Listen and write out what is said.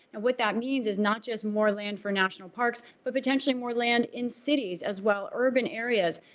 and what that means is not just more land for national parks, but potentially more land in cities as well, urban areas.